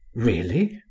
really?